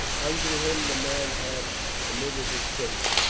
unto him the man hath committed his case.